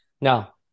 Now